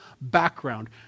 background